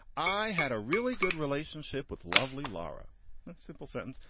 i had a really good relationship with lovely laura, that simple sentence.